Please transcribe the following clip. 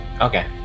Okay